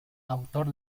autor